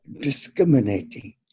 discriminating